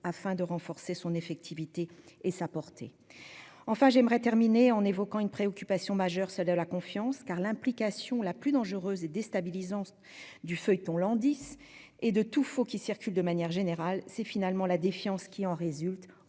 afin de renforcer l'effectivité et la portée du dispositif. Enfin, j'aimerais évoquer une préoccupation majeure : la confiance. L'implication la plus dangereuse et déstabilisante du feuilleton Landis, et de tout faux qui circule de manière générale, c'est la défiance qui en résulte,